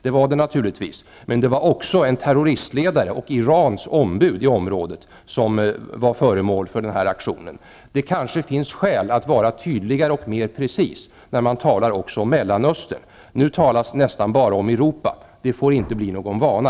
Det var det naturligtvis, men det var också en terroristledare och Irans ombud i området som var föremål för den aktionen. Det kanske finns skäl att vara tydligare och mer precis också när man talar om Mellanöstern. Nu talas det nästan bara om Europa -- det får inte bli någon vana.